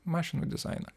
mašinų dizainą